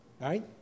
right